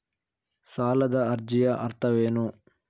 ಸಾಲದ ಅರ್ಜಿಯ ಅರ್ಥವೇನು?